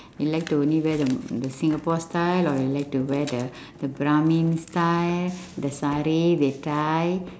you like to only wear the the singapore style or you like to wear the the brahmin style the sari they tie